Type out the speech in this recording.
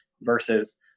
versus